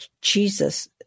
Jesus